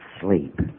sleep